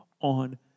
on